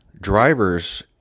drivers